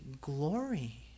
glory